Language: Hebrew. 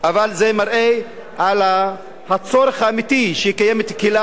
אבל זה מראה את הצורך האמיתי: קיימת קהילה,